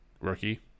rookie